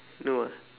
no ah